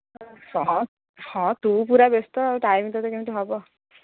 ହଁ ହଁ ତୁ ପୁରା ବ୍ୟସ୍ତ ଟାଇମ୍ ତୋତେ କେମିତି ହେବ